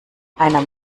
einer